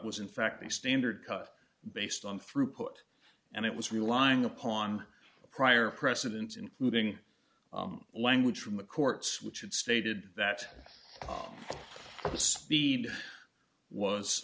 was in fact the standard cut based on throughput and it was relying upon prior precedents including language from the courts which had stated that the speed was